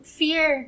fear